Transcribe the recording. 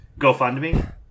GoFundMe